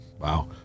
Wow